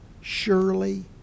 Surely